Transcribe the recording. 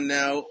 now